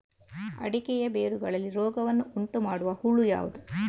ಅಡಿಕೆಯ ಬೇರುಗಳಲ್ಲಿ ರೋಗವನ್ನು ಉಂಟುಮಾಡುವ ಹುಳು ಯಾವುದು?